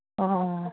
অঁ অঁ